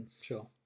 Sure